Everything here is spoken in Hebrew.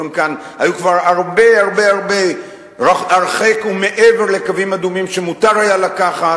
כאן היו כבר הרבה הרחק ומעבר לקווים אדומים שמותר היה לקחת,